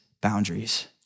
boundaries